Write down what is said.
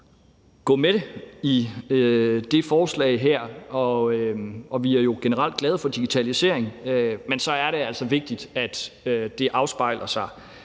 gå med i det forslag her – og vi er jo generelt glade for digitalisering – så er det altså vigtigt, at det afspejler sig,